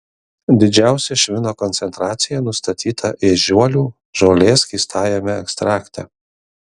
didžiausia švino koncentracija nustatyta ežiuolių žolės skystajame ekstrakte